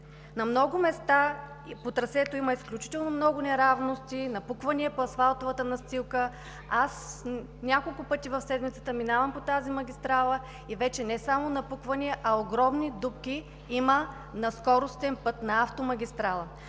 На много места по трасето има изключително много неравности, напуквания по асфалтовата настилка. Аз няколко пъти в седмицата минавам по тази магистрала и вече има не само напуквания, а огромни дупки на скоростен път – на автомагистрала.